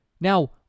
Now